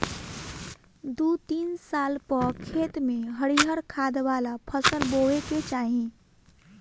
दू तीन साल पअ खेत में हरिहर खाद वाला फसल बोए के चाही